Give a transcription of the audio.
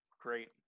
great